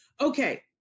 Okay